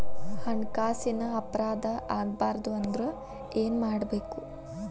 ಹಣ್ಕಾಸಿನ್ ಅಪರಾಧಾ ಆಗ್ಬಾರ್ದು ಅಂದ್ರ ಏನ್ ಮಾಡ್ಬಕು?